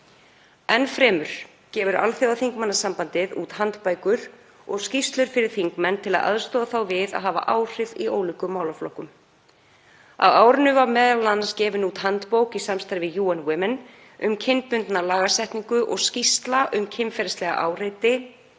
Enn fremur gefur Alþjóðaþingmannasambandið út handbækur og skýrslur fyrir þingmenn til að aðstoða þá við að hafa áhrif í ólíkum málaflokkum. Á árinu var m.a. gefin út handbók í samstarfi við UN Women um kynbundna lagasetningu og skýrsla um kynferðislega áreitni